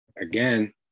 again